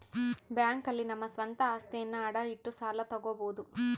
bank ನಲ್ಲಿ ನಮ್ಮ ಸ್ವಂತ ಅಸ್ತಿಯನ್ನ ಅಡ ಇಟ್ಟು ಸಾಲ ತಗೋಬೋದು